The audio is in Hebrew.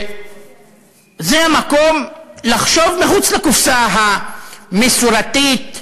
זה המקום לחשוב מחוץ לקופסה המסורתית,